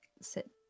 sit